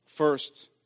First